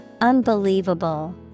Unbelievable